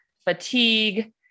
fatigue